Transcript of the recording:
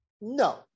No